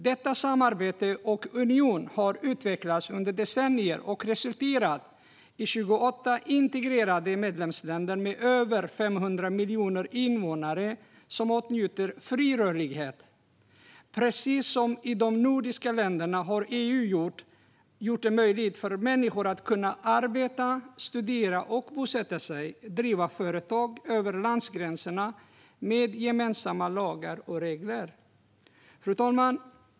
Detta samarbete och denna union har utvecklats under decennier och resulterat i 28 integrerade medlemsländer med över 500 miljoner invånare som åtnjuter fri rörlighet. Precis som i de nordiska länderna har EU gjort det möjligt för människor att arbeta, studera och bosätta sig, liksom driva företag, över landsgränserna med gemensamma lagar och regler. Fru talman!